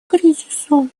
кризису